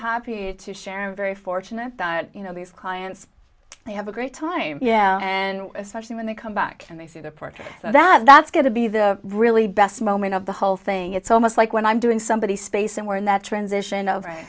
happy to share a very fortunate you know these clients they have a great time yeah and especially when they come back and they see the portrait that's that's going to be the really best moment of the whole thing it's almost like when i'm doing somebody's space and we're in that transition o